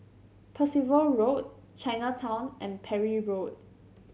Percival Road Chinatown and Parry Road